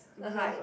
(uh huh)